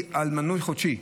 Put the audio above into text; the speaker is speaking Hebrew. היא על מנוי חודשי.